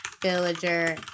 villager